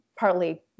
partly